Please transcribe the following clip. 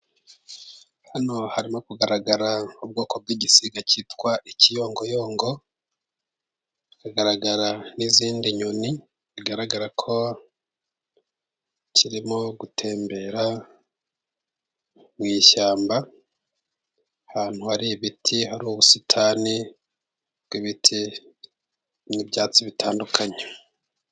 Hano harimo kugaragara ubwoko bw'igisiga cyitwa ikiyongoyongo, hakagaragara n'izindi nyoni. Bigaragara ko kirimo gutembera mu ishyamba ahantu hari ibiti, hari ubusitani bw'ibiti n'ibyatsi bitandukanye.